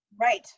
right